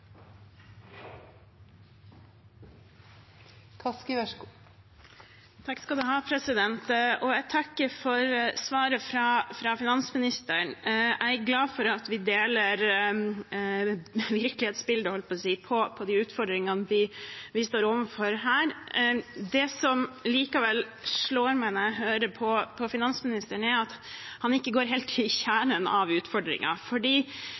glad for at vi deler virkelighetsbildet, holdt jeg på å si, når det gjelder de utfordringene vi står overfor her. Det som likevel slår meg når jeg hører på finansministeren, er at han ikke går helt til